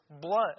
blood